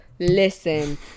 Listen